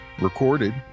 recorded